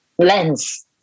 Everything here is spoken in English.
lens